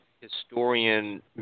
historian